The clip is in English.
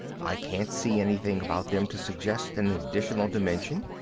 i can't see anything about them to suggest an additional dimension.